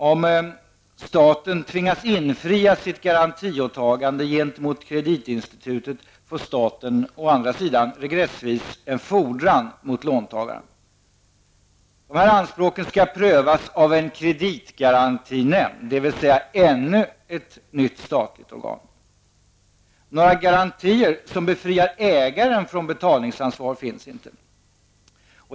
Om staten tvingas infria sitt garantiåtagande gentemot kreditinstitutet får staten å andra sidan regressvis en fordran mot låntagaren. Dessa anspråk skall prövas av en kreditgarantinämnd, dvs. ännu ett nytt statligt organ. Några garantier som befriar ägaren från betalningsansvar finns inte.